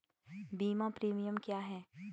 बीमा प्रीमियम क्या है?